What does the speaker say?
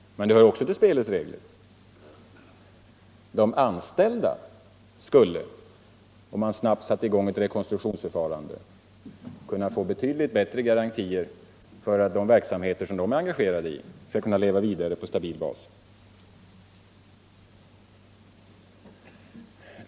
Men det hör också till spelets regler. De anställda skulle, om man snabbt satte i gång ett rekonstruktionsförfarande, kunna få betydligt bättre garantier för att de verksamheter som de är engagerade i skall kunna leva vidare på stabil bas.